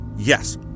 Yes